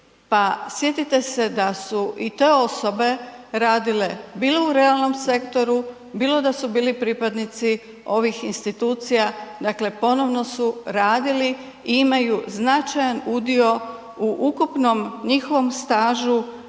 sjetite se da su i te osobe radile bilo u realnom sektoru, bilo da su bili pripadnici ovih institucija, dakle ponovno su radili i imaju značajan udio u ukupnom njihovom stažu